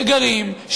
שגרים,